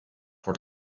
for